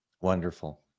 Wonderful